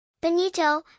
Benito